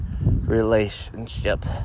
relationship